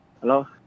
Hello